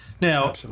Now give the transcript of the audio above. Now